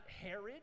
Herod